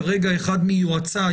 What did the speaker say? כרגע אחד מיועציי,